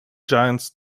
giants